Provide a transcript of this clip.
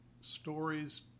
stories